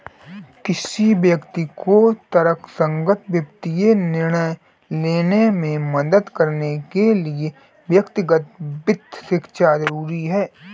किसी व्यक्ति को तर्कसंगत वित्तीय निर्णय लेने में मदद करने के लिए व्यक्तिगत वित्त शिक्षा जरुरी है